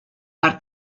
per